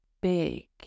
big